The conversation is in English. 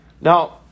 Now